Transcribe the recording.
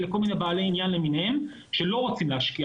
זה כל מיני בעלי עניין למיניהם שלא רוצים להשקיע